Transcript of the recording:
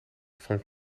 van